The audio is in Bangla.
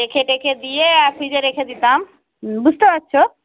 রেখে টেখে দিয়ে হ্যাঁ ফ্রিজে রেখে দিতাম বুঝতে পারছো